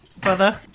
brother